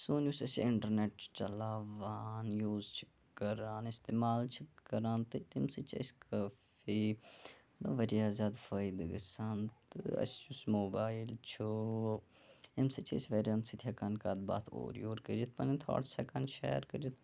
سون یُس اَسہِ اِنٹَرنیٚٹ چھِ چَلاوان یوٗز چھِ کَران اِستِمال چھِ کَران تہٕ تمہِ سۭتۍ چھِ أسۍ کٲفی واریاہ زیادٕ فٲیِدٕ گَژھان تہٕ اَسہِ یُس موبایل چھُ امہِ سۭتۍ چھِ أسۍ واریاہَن سۭتۍ ہیٚکان کتھ باتھ اورٕ یورٕ کٔرِتھ پَنٕنۍ تھاٹس چھِ ہیٚکان شیر کٔرِتھ